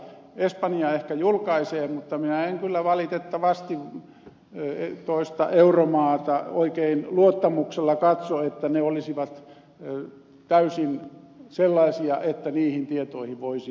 espanja ehkä tiedot julkaisee mutta minä en kyllä valitettavasti toista euromaata oikein luottamuksella katso että ne olisivat täysin sellaisia että niihin tietoihin voisi luottaa